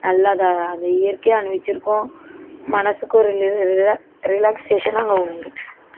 நல்லா அது இயற்கையாக அனுபவித்திருக்கோம் மனதுக்கு ஒரு ரிலாக்ஸ்ஷேஷனா அங்கே உண்டு